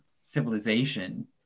civilization